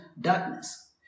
darkness